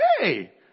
hey